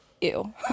Ew